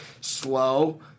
slow